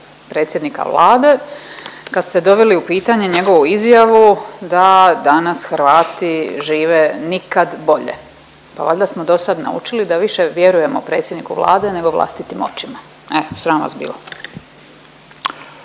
predsjednika Vlade kad ste doveli u pitanje njegovu izjavu da danas Hrvati žive nikad bolje. Pa valjda smo dosad naučili da više vjerujemo predsjedniku Vlade nego vlastitim očima, e sram vas bilo.